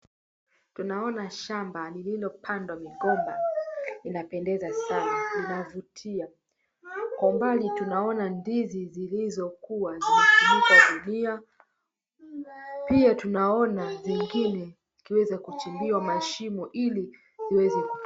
Tunaona shamba lililo pandwa migomba, inapendeza sana, inavutia. Kwa umbali tunaona ndizi zilizokua zimefunika dunia. Pia tunaona zingine ikiweza kuchimbiwa mashimo ili iweze